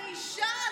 אני אישה.